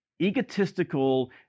egotistical